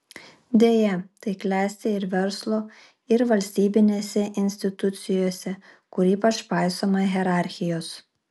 deja tai klesti ir verslo ir valstybinėse institucijose kur ypač paisoma hierarchijos